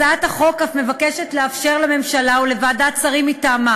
הצעת החוק אף מבקשת לאפשר לממשלה ולוועדת שרים מטעמה